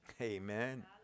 Amen